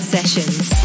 Sessions